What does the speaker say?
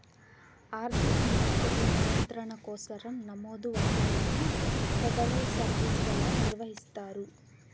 ఆర్థిక మార్కెట్ల నియంత్రణ కోసరం నమోదు వాటాలను ఫెడరల్ సర్వీస్ వల్ల నిర్వహిస్తారు